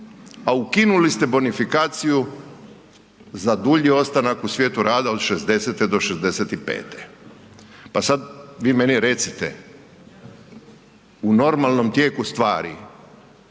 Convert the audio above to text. a ukinuli ste bonifikaciju za dulji ostanak u svijetu rada od 60-te do 65-te. Pa sad vi meni recite u normalnom tijeku stvari,